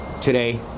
Today